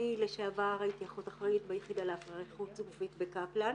אני לשעבר הייתי אחות אחראית ביחידה להפריה חוץ גופית בקפלן.